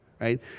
Right